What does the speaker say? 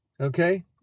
okay